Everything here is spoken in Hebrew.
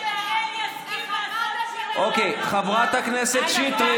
היא חילקה לאחד, הכי, חברת הכנסת שטרית.